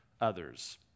others